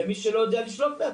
ומי שלא יודע לשלוח בעצמו.